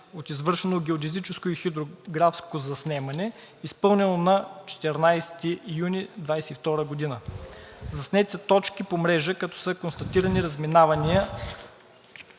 от извършено геодезическо и хидрографско заснемане, изпълнено на 14 юни 2022 г. Заснети са точки по мрежа, като са констатирани разминавания